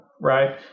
right